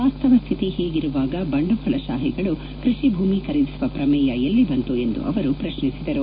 ವಾಸ್ತವ ಶ್ಲಿತಿ ಹೀಗಿರುವಾಗ ಬಂಡವಾಳಶಾಹಿಗಳು ಕ್ಕಷಿ ಭೂಮಿ ಖರೀದಿಸುವ ಪ್ರಮೇಯ ಎಲ್ಲಿ ಬಂತು ಎಂದು ಅವರು ಪ್ರಶ್ನಿಸಿದರು